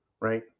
right